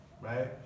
right